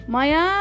Maya